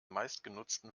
meistgenutzten